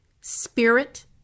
spirit